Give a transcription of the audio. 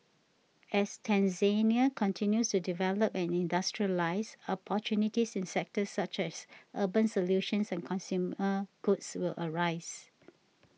as Tanzania continues to develop and industrialise opportunities in sectors such as urban solutions and consumer goods will arise